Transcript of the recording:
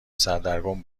سردرگم